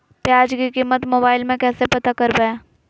प्याज की कीमत मोबाइल में कैसे पता करबै?